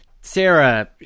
Sarah